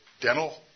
dental